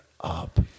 up